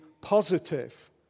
positive